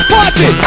Party